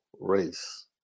race